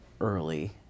early